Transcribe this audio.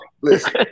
Listen